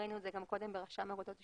ראינו את זה גם קודם ברשם האגודות השיתופיות,